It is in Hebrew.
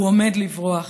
הוא עומד לברוח.